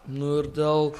nu ir dėl